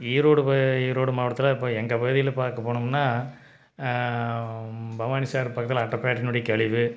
ஈரோடு ஈரோடு மாவட்டத்தில் இப்போ எங்கள் பகுதியில் பார்க்க போனோம்னால் பாவானி சாகர் பக்கத்தில் அட்டை ஃபேக்டரினுடைய கழிவு